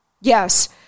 Yes